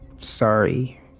sorry